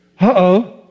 uh-oh